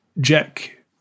Jack